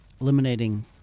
Eliminating